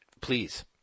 Please